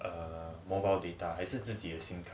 err mobile data 还是自己的 SIM card